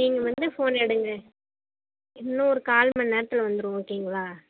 நீங்கள் வந்து ஃபோன் எடுங்கள் இன்னும் ஒரு கால் மணி நேரத்தில் வந்துடும் ஓகேங்களா